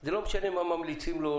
זה לא משנה מה ממליצים לו,